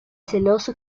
celoso